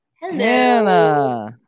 hello